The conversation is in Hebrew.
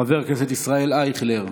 חבר הכנסת ישראל אייכלר,